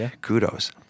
kudos